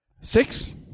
Six